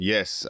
Yes